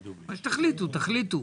מה שתחליטו, תחליטו.